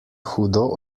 hudo